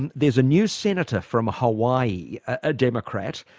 and there's a new senator from hawaii, a democrat,